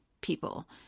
people